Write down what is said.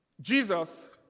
Jesus